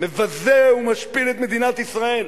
מבזה ומשפיל את מדינת ישראל.